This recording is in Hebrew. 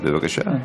בבקשה.